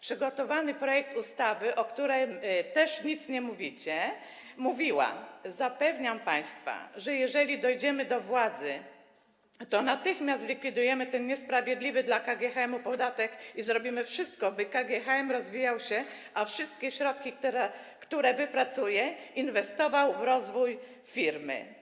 z przygotowanym projektem ustawy, o którym też nic nie mówicie, powiedziała: Zapewniam państwa, że jeżeli dojdziemy do władzy, to natychmiast zlikwidujemy ten niesprawiedliwy dla KGHM podatek i zrobimy wszystko, by KGHM rozwijał się, a wszystkie środki, które wypracuje, inwestował w rozwój firmy.